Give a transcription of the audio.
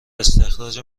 استخراج